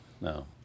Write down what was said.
No